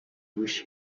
wish